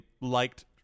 liked